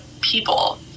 people